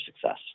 success